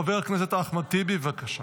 חבר הכנסת אחמד טיבי, בבקשה,